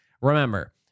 remember